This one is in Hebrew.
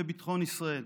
לביטחון ישראל.